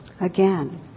Again